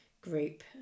group